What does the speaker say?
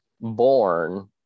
born